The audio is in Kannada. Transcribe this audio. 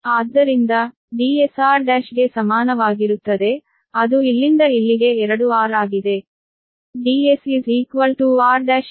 ಆದ್ದರಿಂದ Ds r ಗೆ ಸಮಾನವಾಗಿರುತ್ತದೆ ಅದು ಇಲ್ಲಿಂದ ಇಲ್ಲಿಗೆ 2 r ಆಗಿದೆ